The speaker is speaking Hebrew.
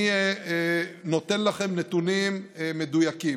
אני נותן לכם נתונים מדויקים.